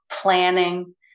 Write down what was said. planning